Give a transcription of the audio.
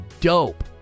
dope